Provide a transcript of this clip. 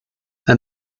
and